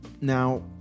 Now